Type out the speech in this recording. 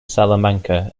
salamanca